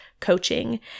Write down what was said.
Coaching